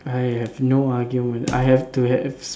mm I have no argument I have to have